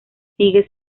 sigue